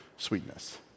Sweetness